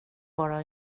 bara